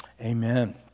Amen